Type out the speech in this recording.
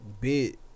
bit